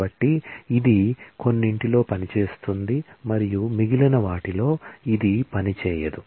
కాబట్టి ఇది కొన్నింటిలో పనిచేస్తుంది మరియు మిగిలిన వాటిలో ఇది పనిచేయదు